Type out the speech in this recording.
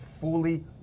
fully